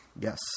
Yes